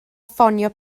ffonio